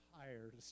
tired